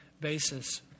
basis